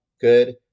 good